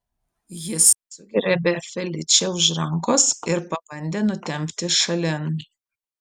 jis sugriebė feličę už rankos ir pabandė nutempti šalin